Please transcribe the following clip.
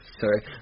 Sorry